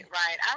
right